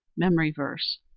memory verse,